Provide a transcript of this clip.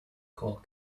core